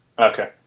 Okay